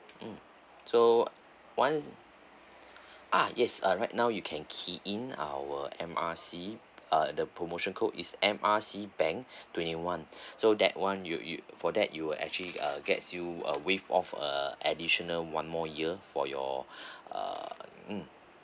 mm so once ah yes uh right now you can key in our M_R_C uh the promotion code is M R C bank twenty one so that one you you for that you will actually uh gets you a waive of uh additional one more year for your err mm